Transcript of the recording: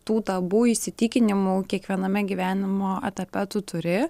tų tabu įsitikinimų kiekviename gyvenimo etape tu turi